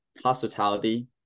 Hospitality